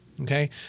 Okay